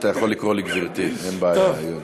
אתה יכול לקרוא לי "גברתי", אין בעיה, עיוני.